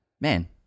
Man